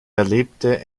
erlebte